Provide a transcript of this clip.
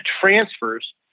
transfers